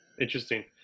Interesting